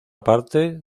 parte